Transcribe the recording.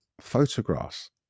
photographs